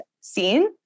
seen